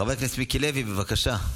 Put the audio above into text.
חבר הכנסת מיקי לוי, בבקשה.